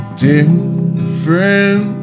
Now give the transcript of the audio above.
different